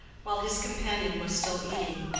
while his companion was still eating.